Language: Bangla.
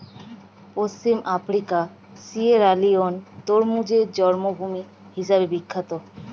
পশ্চিম আফ্রিকার সিয়েরালিওন তরমুজের জন্মভূমি হিসেবে বিখ্যাত